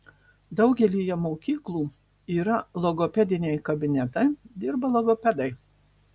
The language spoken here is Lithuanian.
daugelyje mokyklų yra logopediniai kabinetai dirba logopedai